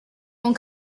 mewn